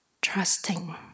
trusting